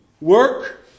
work